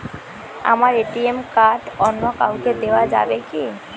আমার ATM card অন্য কাউকে দেওয়া যাবে কি?